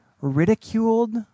ridiculed